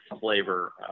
flavor